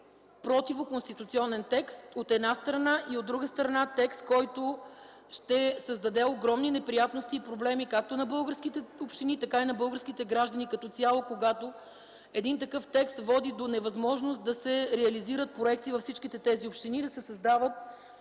противоконституционен текст, от една страна, и от друга страна – текст, който ще създаде огромни неприятности както на българските общини, така и на българските граждани, когато такъв текст води до невъзможност да се реализират проекти във всичките тези общини, да се създават